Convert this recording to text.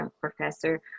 professor